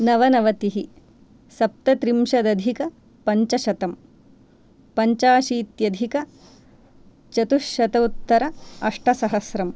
नवनवतिः सप्तत्रिंशदधिकपञ्चशतं पञ्चाशीत्यधिकचतुश्शतोत्तर अष्टसहस्रं